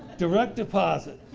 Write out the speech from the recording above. direct deposit.